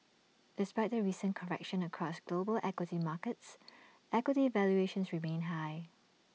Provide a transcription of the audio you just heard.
despite the recent correction across global equity markets equity valuations remain high